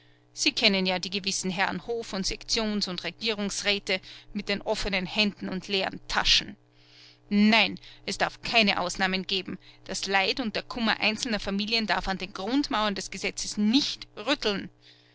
sie kennen ja die gewissen herren hof und sektions und regierungsräte mit den offenen händen und leeren taschen nein es darf keine ausnahmen geben das leid und der kummer einzelner familien darf an den grundmauern des gesetzes nicht rütteln